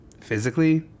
physically